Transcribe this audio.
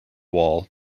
wall